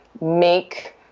make